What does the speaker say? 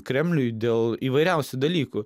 kremliui dėl įvairiausių dalykų